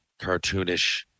cartoonish